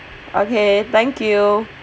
okay thank you